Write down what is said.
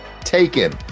Taken